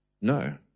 No